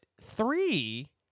three